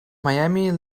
miami